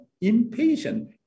impatient